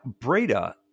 Breda